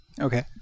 okay